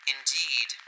Indeed